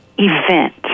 event